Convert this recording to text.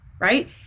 right